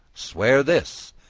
swear this,